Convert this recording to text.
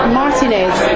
martinez